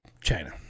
China